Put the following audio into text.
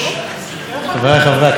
אדוני שר התיירות,